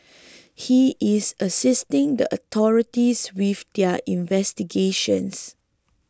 he is assisting the authorities with their investigations